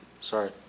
Sorry